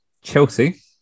Chelsea